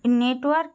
network